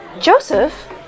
Joseph